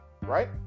right